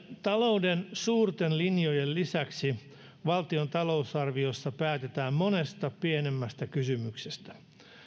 talouden suurten linjojen lisäksi valtion talousarviossa päätetään monesta pienemmästä kysymyksestä